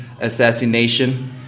Assassination